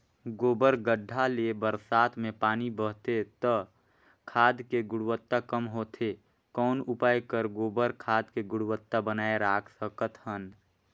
गोबर गढ्ढा ले बरसात मे पानी बहथे त खाद के गुणवत्ता कम होथे कौन उपाय कर गोबर खाद के गुणवत्ता बनाय राखे सकत हन?